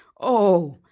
oh!